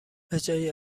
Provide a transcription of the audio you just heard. بجای